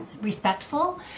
respectful